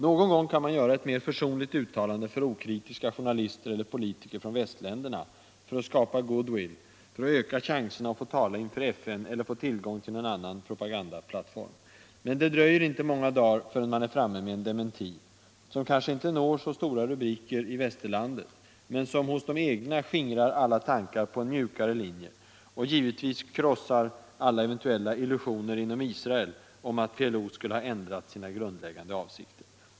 Någon gång kan man göra ett mer försonligt uttalande för okritiska journalister eller politiker från västländerna för att skapa goodwill, för att öka chanserna att få tala inför FN eller för att få tillgång till någon annan propagandaplattform. Men det dröjer inte många dagar förrän man är framme med en dementi - som kanske inte får så stora rubriker i Västerlandet, men som hos de egna skingrar alla tankar på en mjukare linje och givetvis krossar alla eventuella illusioner inom Israel om att PLO skulle ha ändrat sina grundläggande avsikter.